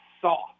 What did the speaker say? soft